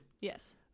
yes